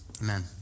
Amen